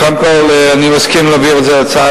קודם כול אני מסכים להעביר את ההצעה,